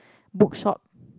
bookshop